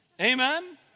Amen